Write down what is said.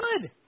good